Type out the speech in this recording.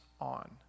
on